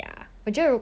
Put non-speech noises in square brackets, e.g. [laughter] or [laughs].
[laughs]